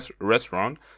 restaurant